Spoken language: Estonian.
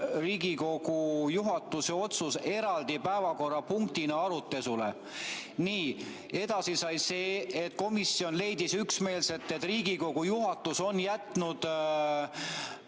Riigikogu juhatuse otsus eraldi päevakorrapunktina arutelule. Nii. Edasi oli nii, et komisjon leidis üksmeelselt, et Riigikogu juhatus on jätnud